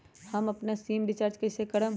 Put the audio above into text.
हम अपन SIM recharge कइसे करम?